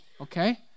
okay